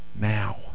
now